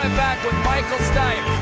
and back with michael stipe.